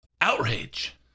outrage